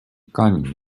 камінь